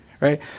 right